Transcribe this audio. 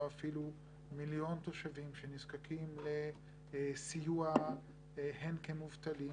אפילו מיליון תושבים שנזקקים לסיוע הן כמובטלים,